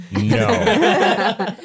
No